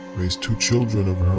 raised two children of her